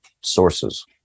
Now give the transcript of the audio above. sources